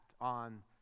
on